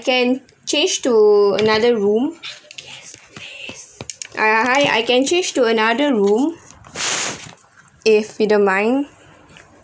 can change to another room hi hi hi I can change to another room if we don't mind